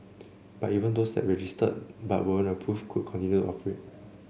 but even those that registered but weren't approved could continue to operate